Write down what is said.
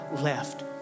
left